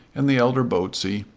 and the elder botsey,